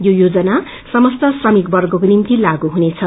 यो योजना समस्त श्रमिकवर्गको निम्ति लागू हुनेछ